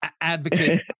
advocate